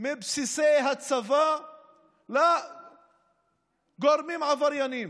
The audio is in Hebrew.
מבסיסי הצבא לגורמים עברייניים.